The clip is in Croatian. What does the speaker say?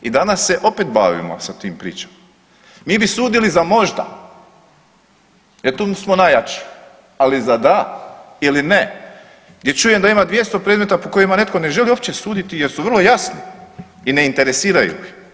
I danas se opet bavimo tim pričama, mi bi sudili za možda jer tu smo najjači, ali za da ili ne gdje čujem da ima 200 predmeta po kojima netko ne želi uopće suditi jer su vrlo jasni i ne interesiraju ih.